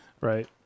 right